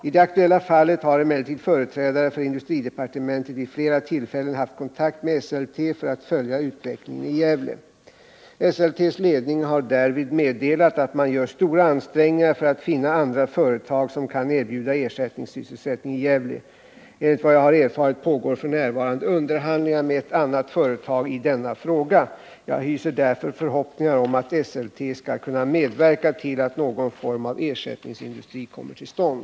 I det aktuella fallet har emellertid företrädare för industridepartementet vid flera tillfällen haft kontakt med Esselte för att följa utvecklingen i Gävle. Esseltes ledning har därvid meddelat att man gör stora ansträngningar för att finna andra företag som kan erbjuda ersättningssysselsättning i Gävle. Enligt vad jag har erfarit pågår f. n. underhandlingar med ett annat företag i denna fråga. Jag hyser därför förhoppningar om att Esselte skall kunna medverka till att någon form av ersättningsindustri kommer till stånd.